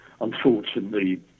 unfortunately